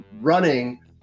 running